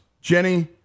Jenny